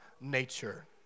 nature